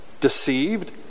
deceived